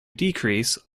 decrease